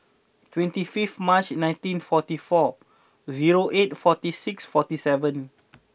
twenty fifth March nineteen forty four zero eight forty six forty seven